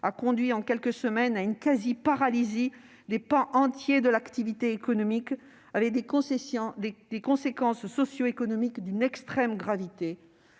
a conduit en quelques semaines à une quasi-paralysie de pans entiers de l'activité économique, avec des conséquences socio-économiques d'une extrême gravité.